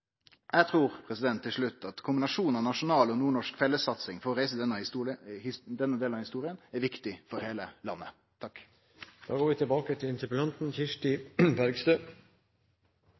Til slutt: Eg trur at kombinasjonen av nasjonal og nordnorsk fellessatsing på å reise denne delen av historia er viktig for heile landet.